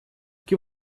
que